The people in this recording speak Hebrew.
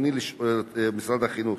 משרד החינוך,